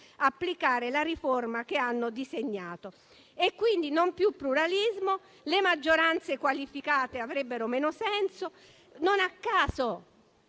applicare la riforma che hanno disegnato. Quindi, non ci sarebbe più pluralismo e le maggioranze qualificate avrebbero meno senso. Non a caso,